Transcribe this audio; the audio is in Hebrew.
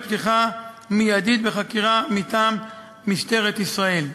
פתיחה מיידית בחקירה מטעם משטרת ישראל.